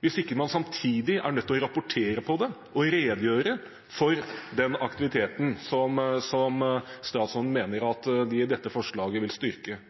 hvis man ikke samtidig er nødt til å rapportere på det og redegjøre for den aktiviteten som statsråden mener at de vil styrke i dette forslaget.